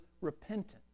repentant